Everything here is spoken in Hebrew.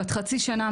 בת חצי שנה,